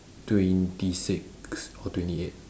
twenty six or twenty eight